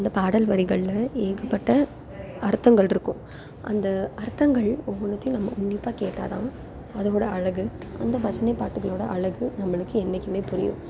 அந்த பாடல் வரிகளில் ஏகப்பட்ட அர்த்தங்கள் இருக்கும் அந்த அர்த்தங்கள் ஒவ்வொன்னுத்தையும் நம்ம உன்னிப்பாக கேட்டால் தான் அதோட அழகு அந்த பஜனை பாட்டுகளோட அழகு நம்மளுக்கு என்னைக்கும் புரியும்